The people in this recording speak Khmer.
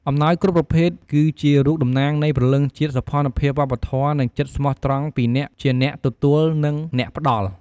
អំណោយគ្រប់ប្រភេទ គឺជារូបតំណាងនៃព្រលឹងជាតិ សោភ័ណភាពវប្បធម៌ និងចិត្តស្មោះត្រង់ពីអ្នកជាអ្នកទទួល និងអ្នកផ្ដល់។